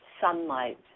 sunlight